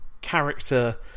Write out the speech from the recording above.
character